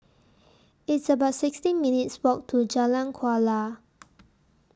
It's about sixteen minutes' Walk to Jalan Kuala